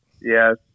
Yes